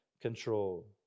control